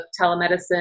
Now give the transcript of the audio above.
telemedicine